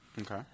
Okay